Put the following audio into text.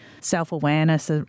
self-awareness